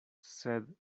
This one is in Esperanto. sed